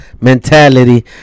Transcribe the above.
Mentality